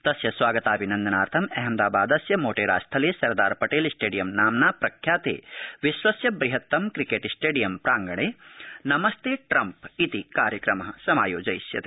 तस्य स्वागताभिनन्दनार्थ अहमदा ादस्य मो रा स्थले सरदार प ल स् डियम नाम्ना प्रख्याते विश्वस्य हत्तम क्रिके स्तेडियम प्रांगणे नमस्ते ट्रम्प इति कार्यक्रम समायोजयिष्यते